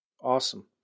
Awesome